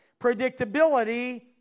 Predictability